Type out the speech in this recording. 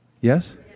Yes